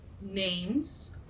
names